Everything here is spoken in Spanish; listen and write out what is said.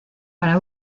para